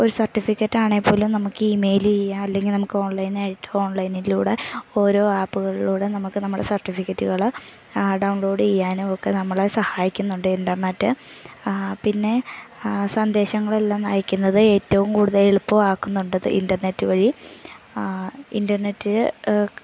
ഒരു സർട്ടിഫിക്കറ്റ് ആണെങ്കിൽ പോലും നമുക്ക് ഇമെയിൽ ചെയ്യാം അല്ലെങ്കിൽ നമുക്ക് ഓൺലൈനായിട്ട് ഓൺലൈനിലൂടെ ഓരോ ആപ്പുകളിലൂടെ നമുക്ക് നമ്മടെ സർട്ടിഫിക്കറ്റുകൾ ഡൗൺലോഡ് ചെയ്യാനും ഒക്കെ നമ്മളെ സഹായിക്കുന്നുണ്ട് ഇൻ്റർനെറ്റ് പിന്നെ സന്ദേശങ്ങളെല്ലാം അയക്കുന്നത് ഏറ്റവും കൂടുതൽ എളുപ്പം ആക്കുന്നുണ്ട് ഇൻ്റർനെറ്റ് വഴി ഇൻ്റർനെറ്റ്